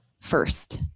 first